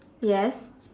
yes